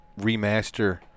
remaster